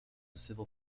civil